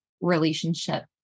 relationship